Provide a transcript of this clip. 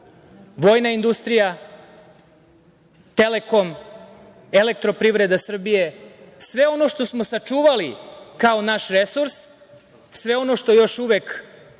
vojna industrija, Telekom, Elektroprivreda Srbije, sve ono što smo sačuvali kao naš resurs, sve ono što još uvek